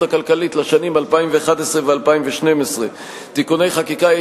הכלכלית לשנים 2011 ו-2012 (תיקוני חקיקה),